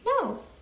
No